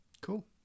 Cool